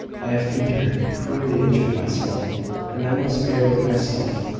i have injured, cruelly injured myself and i must bear with myself.